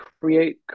create